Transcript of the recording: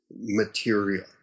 material